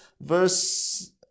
verse